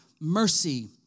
mercy